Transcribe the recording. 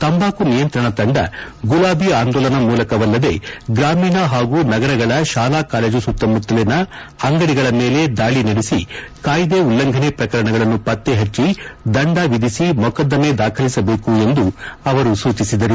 ತಂಬಾಕು ನಿಯಂತ್ರಣ ತಂಡ ಗುಲಾಬಿ ಆಂದೋಲನ ಮೂಲಕವಲ್ಲದೆ ಗ್ರಾಮೀಣ ಹಾಗೂ ನಗರಗಳ ಶಾಲಾ ಕಾಲೇಜು ಸುತ್ತಮುತ್ತಲಿನ ಅಂಗಡಿಗಳ ಮೇಲೆ ದಾಳಿ ನಡೆಸಿ ಕಾಯಿದೆ ಉಲ್ಲಂಘನೆ ಪ್ರಕರಣಗಳನ್ನು ಪತ್ತೆ ಹಚ್ಚಿ ದಂಡ ವಿಧಿಸಿ ಮೊಕದ್ದಮೆ ದಾಖಲಿಸಬೇಕು ಎಂದು ಅವರು ಸೂಚಿಸಿದರು